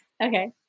Okay